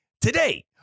Today